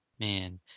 Man